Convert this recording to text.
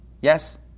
Yes